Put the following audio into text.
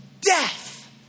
death